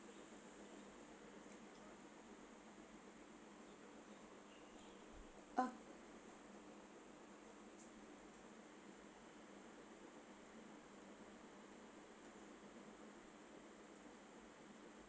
uh